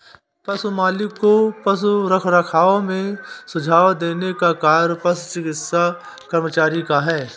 पशु मालिक को पशु रखरखाव में सुझाव देने का कार्य पशु चिकित्सा कर्मचारी का है